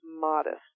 modest